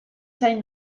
zain